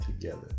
together